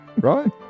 Right